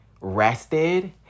rested